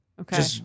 Okay